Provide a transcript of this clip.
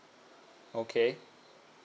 okay